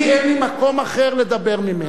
אני אין לי מקום אחר לדבר ממנו.